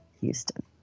Houston